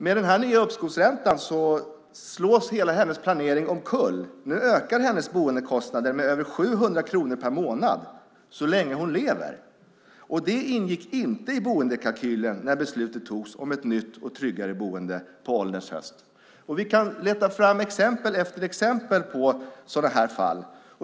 Med den nya uppskovsräntan slås hela hennes planering omkull. Hennes boendekostnad ökar med över 700 kronor per månad så länge hon lever. Det ingick inte i boendekalkylen när beslutet togs om ett nytt och tryggare boende på ålderns höst. Vi kan leta fram exempel efter exempel på liknande fall.